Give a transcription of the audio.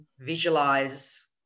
visualize